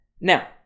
Now